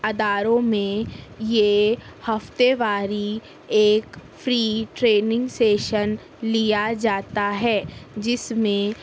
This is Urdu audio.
اداروں میں یہ ہفتے واری ایک فِری ٹریننگ سیشن لیا جاتا ہے جس میں